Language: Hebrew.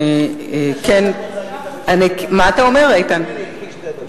קחי ממני שתי דקות.